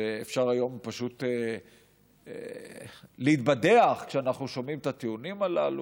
שאפשר היום פשוט להתבדח כשאנחנו שומעים את הטיעונים הללו,